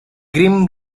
grim